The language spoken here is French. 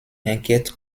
inquiète